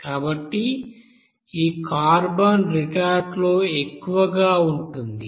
కాబట్టి ఈ కార్బన్ రిటార్ట్లో ఎక్కువగా ఉంటుంది